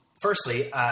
firstly